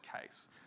case